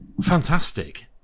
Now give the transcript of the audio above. fantastic